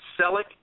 Selleck